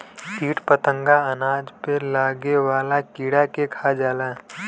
कीट फतंगा अनाज पे लागे वाला कीड़ा के खा जाला